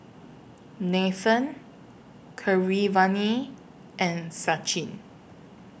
Nathan Keeravani and Sachin